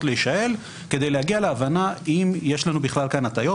להישאל כדי להגיע להבנה אם יש לנו כאן הטיות,